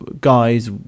guys